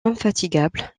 infatigable